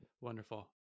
Wonderful